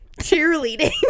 cheerleading